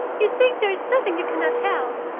you think there is nothing you can not have.